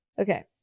Okay